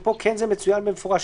פה כן זה מצוין במפורש,